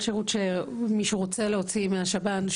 כל שירות שמישהו רוצה להוציא מהשב"ן,